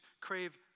crave